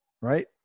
Right